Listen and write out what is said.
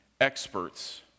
experts